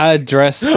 Address